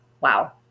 wow